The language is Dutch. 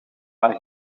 haar